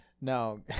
no